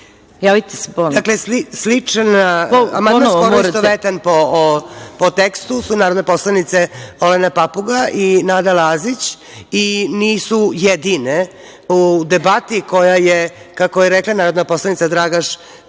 Dakle, amandman istovetan po tekstu su narodne poslanice Olena Papuga i Nada Lazić i nisu jedine u debati koja je, kako je rekla narodna poslanica Dragaš,